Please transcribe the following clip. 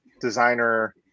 designer